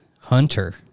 hunter